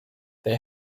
they